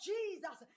Jesus